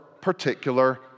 particular